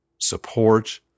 support